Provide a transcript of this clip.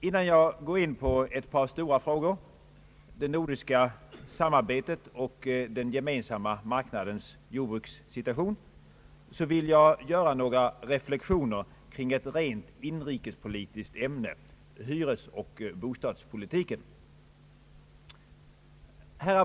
Innan jag går in på ett par stora frågor, nämligen om det nordiska samarbetet och om Den gemensamma marknadens jordbrukssituation, vill jag göra några reflexioner kring ett rent inrikespolitiskt ämne, nämligen hyresoch bostadspolitiken.